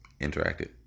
interacted